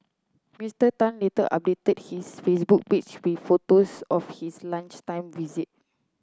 Mister Tan later updated his Facebook page with photos of his lunchtime visit